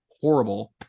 horrible